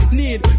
need